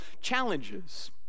challenges